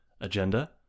agenda